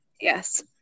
Yes